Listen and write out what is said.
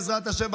בעזרת השם,